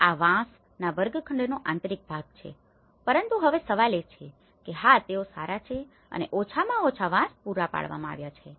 આ વાંસના વર્ગખંડનો આંતરિક ભાગ છે પરંતુ હવે સવાલ એ છે કે હા તેઓ સારા છે અને ઓછામાં ઓછા વાંસ પૂરા પાડવામાં આવ્યા છે